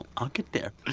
i'll get there.